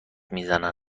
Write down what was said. میزنن